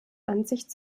ansicht